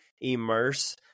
immerse